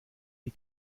die